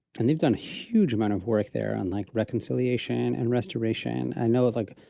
and they've done a huge amount of work there on like reconciliation and restoration. i know, it's like,